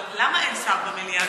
אבל למה אין שר במליאה,